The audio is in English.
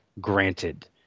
granted